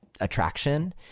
attraction